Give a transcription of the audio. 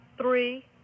three